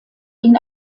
ihn